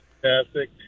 fantastic